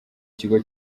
kigo